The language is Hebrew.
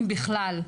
אם בכלל.